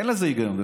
אין לזה היגיון.